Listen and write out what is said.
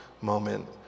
moment